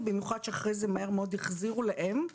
במיוחד שאחרי זה מהר מאוד החזירו להם.